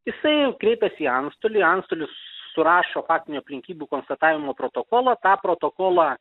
jisai kreipiasi į antstolį antstolis surašo faktinių aplinkybių konstatavimo protokolą tą protokolą